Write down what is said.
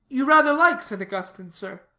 you rather like st. augustine, sir?